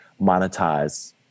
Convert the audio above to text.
monetize